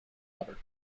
lover